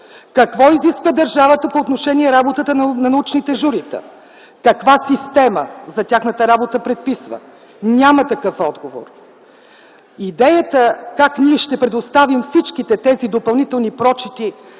Какво изисква държавата по отношение работата на научните журита? Каква система за тяхната работа предписва? Няма такъв отговор. Идеята как ние ще предоставим всички тези допълнителни прочити